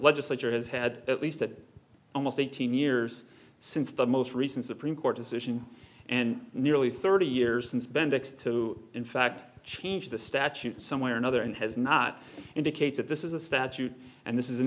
legislature has had at least that almost eighteen years since the most recent supreme court decision and nearly thirty years since bendix to in fact change the statute some way or another and has not indicated this is a statute and this is an